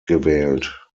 gewählt